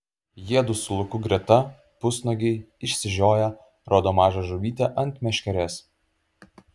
jiedu su luku greta pusnuogiai išsižioję rodo mažą žuvytę ant meškerės